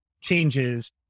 changes